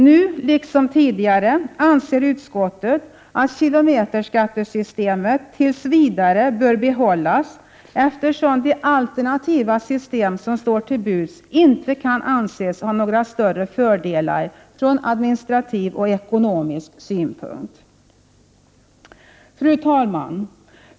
Nu, liksom tidigare, anser utskottet att kilometerskattesystemet tills vidare bör behållas, eftersom de alternativa system som står till buds inte kan anses ha några större fördelar från administrativ och ekonomisk synpunkt. Fru talman!